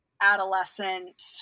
adolescent